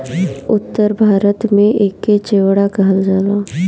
उत्तर भारत में एके चिवड़ा कहल जाला